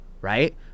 right